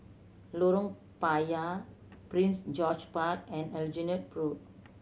Lorong Payah Prince George Park and Aljunied Road